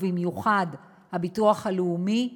ובמיוחד הביטוח הלאומי,